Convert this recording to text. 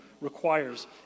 requires